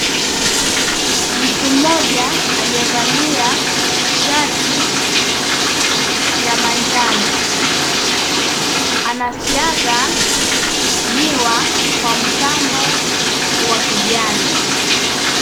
Mtu mmoja aliyevalia shati ya manjano, anasiaga miwa kwa mtambo wa kijani.